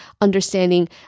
understanding